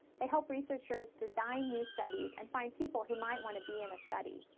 they help researchers design new studies and find people who might want to be in a study.